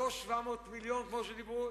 לא 700 מיליון כמו שדיברו,